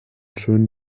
schönen